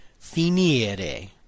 Finire